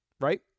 right